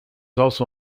also